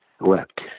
wept